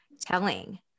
telling